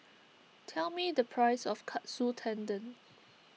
tell me the price of Katsu Tendon